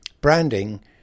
Branding